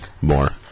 more